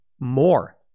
more